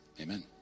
amen